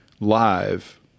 Live